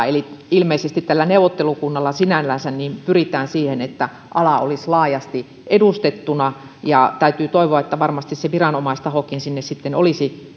eli ilmeisesti tällä neuvottelukunnalla sinällänsä pyritään siihen että ala olisi laajasti edustettuna ja varmasti se viranomaistahokin sinne sitten olisi